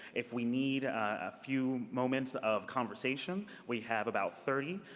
if we need a few moments of conversation, we have about thirty,